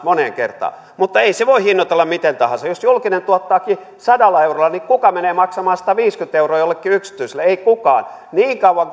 moneen kertaan mutta ei se voi hinnoitella miten tahansa jos julkinen tuottaakin sadalla eurolla niin kuka menee maksamaan sataviisikymmentä euroa jollekin yksityiselle ei kukaan niin kauan